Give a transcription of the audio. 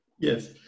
Yes